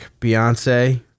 Beyonce